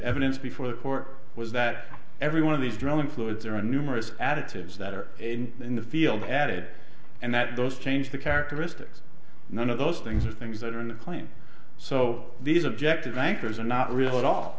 evidence before the court was that every one of these drilling fluids there are numerous additives that are in the field at it and that those change the characteristics none of those things are things that are in the plan so these objective anchors are not real at all